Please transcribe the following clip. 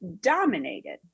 dominated